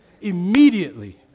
immediately